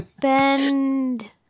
Bend